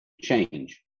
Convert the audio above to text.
change